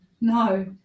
No